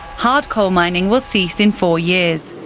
hard-core mining will cease in four years.